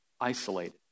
isolated